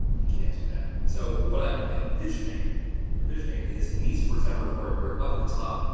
you can't do that. so what i'm envisioning envisioning is, he needs to present a report where up at the top,